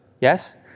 yes